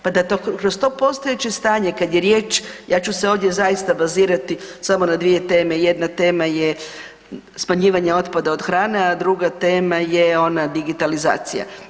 Pa da kroz to postojeće stanje kad je riječ, ja ću se ovdje zaista bazirati samo na dvije teme, jedna tema je smanjivanje otpada od hrane, a druga tema je ona digitalizacija.